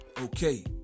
Okay